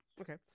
okay